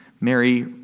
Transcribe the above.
Mary